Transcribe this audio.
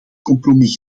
compromis